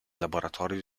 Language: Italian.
laboratorio